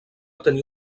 tenir